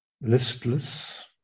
listless